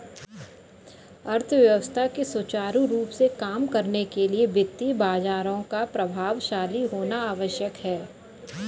अर्थव्यवस्था के सुचारू रूप से काम करने के लिए वित्तीय बाजारों का प्रभावशाली होना आवश्यक है